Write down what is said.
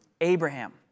Abraham